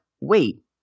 wait